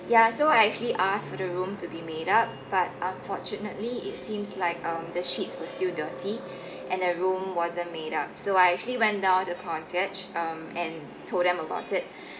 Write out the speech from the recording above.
ya so I actually asked for the room to be made up but unfortunately it seems like um the sheets were still dirty and the room wasn't made up so I actually went down to the concierge um and told them about it